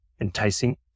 enticing